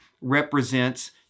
represents